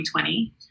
2020